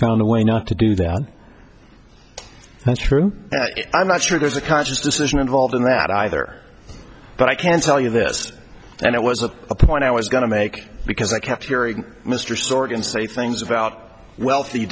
found a way not to do that that's true i'm not sure there's a conscious decision involved in that either but i can tell you this and it was the point i was going to make because i kept hearing mr sorkin say things about wealthy